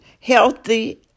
healthy